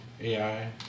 AI